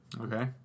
Okay